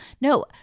No